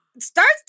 Starts